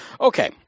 Okay